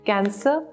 Cancer